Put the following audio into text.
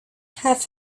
half